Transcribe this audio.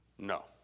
No